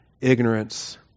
ignorance